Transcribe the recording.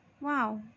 Wow